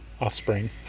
offspring